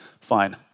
fine